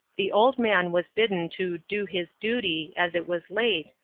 the old man was bidden to do his duty, as it was late,